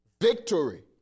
victory